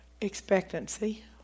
Expectancy